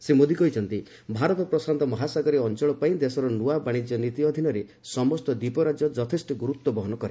ଶ୍ରୀ ମୋଦି କହିଛନ୍ତି ଭାରତ ପ୍ରଶାନ୍ତ ମହାସାଗରୀୟ ଅଞ୍ଚଳ ପାଇଁ ଦେଶର ନୂଆ ବାଣିଜ୍ୟ ନୀତି ଅଧୀନରେ ସମସ୍ତ ଦ୍ୱୀପରାଜ୍ୟ ଯଥେଷ୍ଟ ଗୁରୁତ୍ୱ ବହନ କରେ